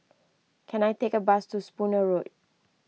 can I take a bus to Spooner Road